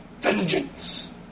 Vengeance